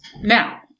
Now